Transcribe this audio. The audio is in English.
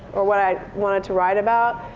or what i wanted to write about,